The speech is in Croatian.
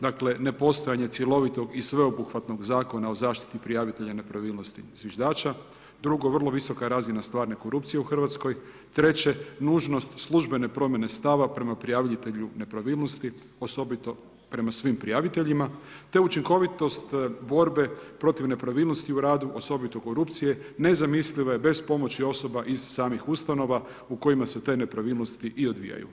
Dakle ne postojanje cjelovitog i sveobuhvatnog Zakona o zaštiti prijavitelja nepravilnosti, zviždača, drugo, vrlo visoka razina stvarne korupcije u Hrvatskoj, treće nužnost službene promjene stava prema prijavitelju nepravilnosti, osobito prema svim prijaviteljima te učinkovitost borbe protiv nepravilnosti u radu, osobito korupcije, nezamisliva je bez pomoći osoba iz samih ustanova u kojima se te nepravilnosti i odvijaju.